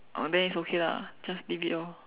oh then it's okay lah just leave it lor